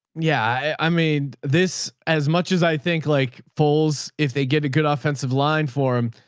yeah. i mean this as much as i think, like fulls, if they get a good offensive line for them,